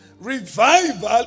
Revival